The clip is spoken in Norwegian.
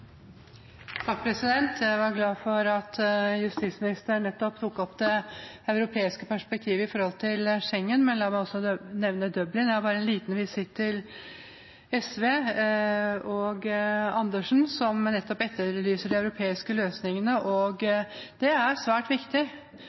glad for at justisministeren tok opp nettopp det europeiske perspektivet når det gjelder Schengen, men la meg også nevne Dublin. Jeg har en liten visitt til SV og Karin Andersen, som etterlyser de europeiske løsningene: Det er svært viktig,